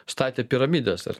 statė piramides ar